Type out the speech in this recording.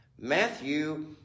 Matthew